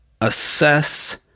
assess